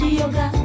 yoga